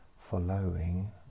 following